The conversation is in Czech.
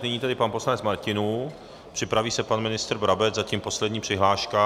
Nyní tedy pan poslanec Martinů, připraví se pan ministr Brabec, zatím poslední přihláška.